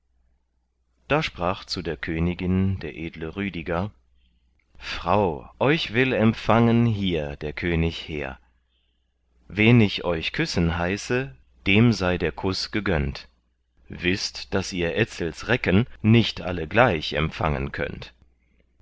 da sprach zu der königin der edle rüdiger frau euch will empfangen hier der könig hehr wen ich euch küssen heiße dem sei der kuß gegönnt wißt daß ihr etzels recken nicht alle gleich empfangen könnt